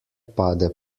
pade